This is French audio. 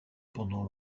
pendant